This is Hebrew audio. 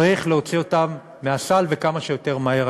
צריך להוציא אותם מהסל וכמה שיותר מהר.